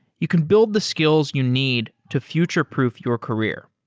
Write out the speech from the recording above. you can build the skills you need to future-proof your career.